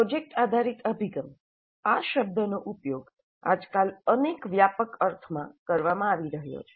project આધારિત અભિગમ આ શબ્દનો ઉપયોગ આજકાલ અનેક વ્યાપક અર્થમાં કરવામાં આવી રહ્યો છે